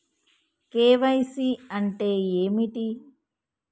KYC అంటే ఏమిటి?